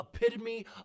epitome